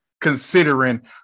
considering